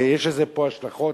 ויש לזה פה השלכות,